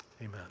amen